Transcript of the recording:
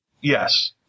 Yes